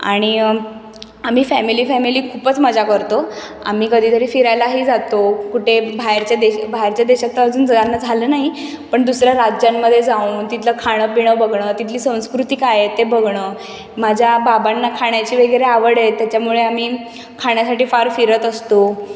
आणि आम्ही family family खूपच मजा करतो आम्ही कधीतरी फिरायलाही जातो कुठे बाहेरच्या देश बाहेरच्या देशात तर अजून जाणं झालं नाही पण दुसऱ्या राज्यांमध्ये जाऊन तिथलं खाणं पिणं बघणं तिथली संस्कृती काय आहे ते बघणं माझ्या बाबांना खाण्याची वगैरे आवड आहे त्याच्यामुळे आम्ही खाण्यासाठी फार फिरत असतो